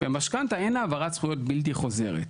במשכנתא אין העברת זכויות בלתי חוזרת.